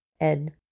Ed